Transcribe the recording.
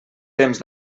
temps